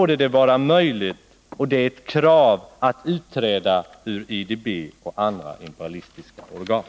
Det är också möjligt — och det är ett krav — att utträda ur IDB och andra imperialistiska organ.